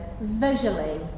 visually